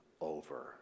over